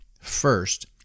First